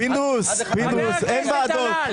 חבר הכנסת דלל.